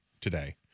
today